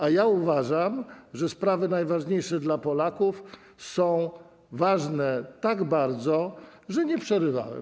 A ja uważam, że sprawy najistotniejsze dla Polaków są ważne tak bardzo, że panu nie przerywałem.